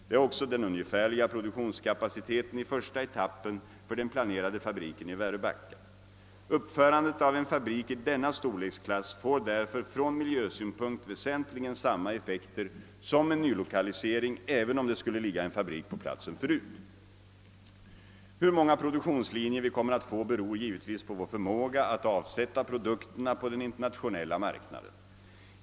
Det är också den ungefärliga produktionskapaciteten i första etappen för den planerade fabriken i Väröbacka. Uppförandet av en fabrik i denna storleksklass får därför från miljösynpunkt väsentligen samma effekter som en nylokalisering, även om det skulle ligga en fabrik på platsen förut. Hur många produktionslinjer vi kommer att få beror givetvis på vår förmåga att avsätta produkterna på den internationella marknaden.